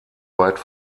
weit